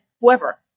whoever